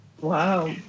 wow